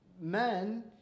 men